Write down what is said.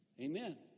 amen